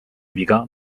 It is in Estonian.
viga